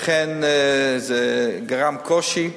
לכן זה גרם קושי.